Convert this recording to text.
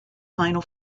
final